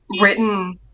written